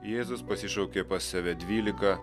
jėzus pasišaukė pas save dvylika